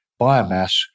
biomass